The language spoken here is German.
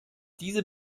diese